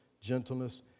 gentleness